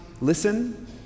listen